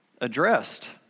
addressed